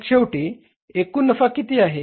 मग शेवटी एकूण नफा किती आहे